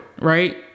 right